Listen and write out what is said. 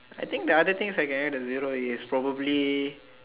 I think the other things I can add a zero is probably